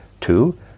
Two